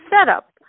setup